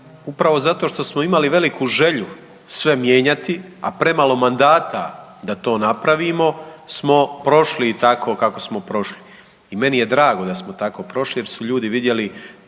upravo zato što smo imali veliku želju sve mijenjati, a premalo mandata da to napravimo smo prošli tako kako smo prošli i meni je drago da smo tako prošli jer su ljudi vidjeli